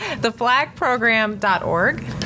theflagprogram.org